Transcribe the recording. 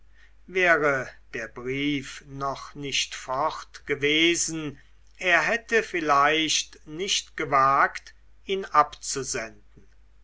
wäre der brief noch nicht fort gewesen er hätte vielleicht nicht gewagt ihn abzusenden